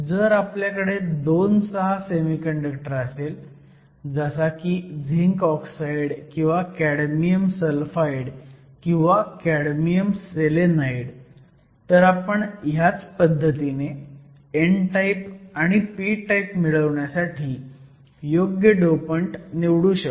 जर आपल्याकडे 2 6 सेमीकंडक्टर असेल जसा की झिंक ऑक्साईड किंवा कॅडमियम सल्फाईड किंवा कॅडमियम सेलेनाईड तर आपण ह्याच पद्धतीने n टाईप आणि p टाईप मिळवण्यासाठी योग्य डोपंट निवडू शकतो